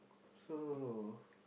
so